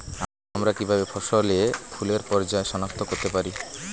আমরা কিভাবে ফসলে ফুলের পর্যায় সনাক্ত করতে পারি?